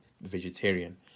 vegetarian